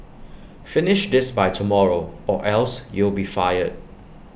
finish this by tomorrow or else you'll be fired